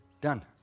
Done